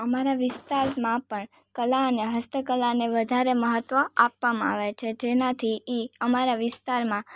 અમારા વિસ્તારમાં પણ કલા અને હસ્તકલા ને વધારે મહત્ત્વ આપવામાં આવે છે જેનાથી એ અમારા વિસ્તારમાં